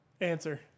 Answer